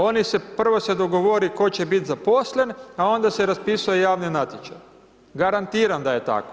Oni se, prvo se dogovore tko će biti zaposlen, a onda se raspisuje javni natječaj, garantiram da je tako.